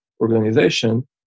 organization